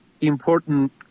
important